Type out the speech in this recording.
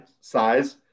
size